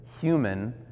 human